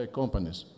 companies